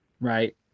Right